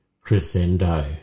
Crescendo